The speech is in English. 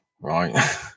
right